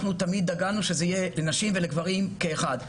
אנחנו תמיד דגלנו שזה יהיה לנשים ולגברים כאחד.